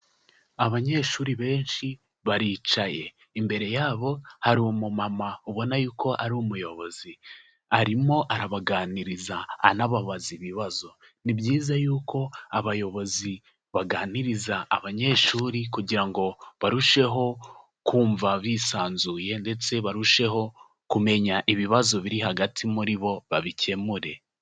Abanyeshuri benshi baricaye, imbere yabo hari umumama ubona yuko ari umuyobozi, arimo arabaganiriza anababaza ibibazo, ni byiza yuko abayobozi baganiriza abanyeshuri kugira ngo barusheho kumva bisanzuye ndetse barusheho kumenya ibibazo biri hagati muri bo babikemure.